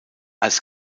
als